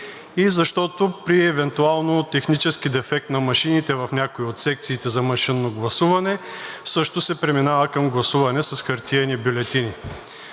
и защото при евентуално технически дефект на машините в някои от секциите за машинно гласуване също се преминава към гласуване с хартиени бюлетини.